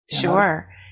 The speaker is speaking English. Sure